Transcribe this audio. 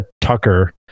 tucker